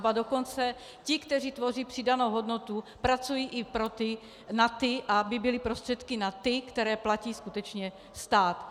Ba dokonce ti, kteří tvoří přidanou hodnotu, pracují i na ty, aby byly prostředky na ty, které platí skutečně stát.